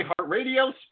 iHeartRadio